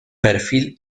perfil